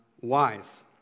wise